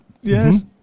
Yes